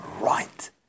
right